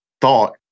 thought